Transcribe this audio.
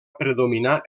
predominar